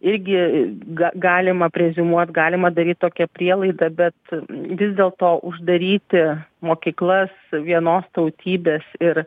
irgi ga galima preziumuot galima daryt tokią prielaidą bet vis dėlto uždaryti mokyklas vienos tautybės ir